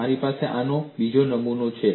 મારી પાસે આનો બીજો નમૂનો છે